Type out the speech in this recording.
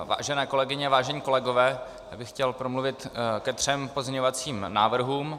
Vážené kolegyně, vážení kolegové, já bych chtěl promluvit ke třem pozměňovacím návrhům.